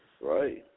Right